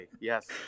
Yes